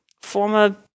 former